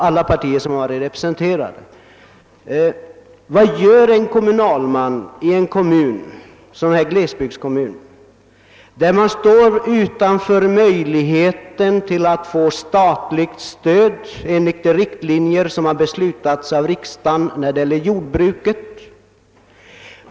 Vad gör en kommunalman i en glesbygdskommun som upptäcker att ingen möjlighet finns för jordbrukare att erhålla statligt stöd enligt de riktlinjer som beslutats av riksdagen när det gäller jordbruket?